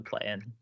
playing